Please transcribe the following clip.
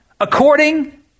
according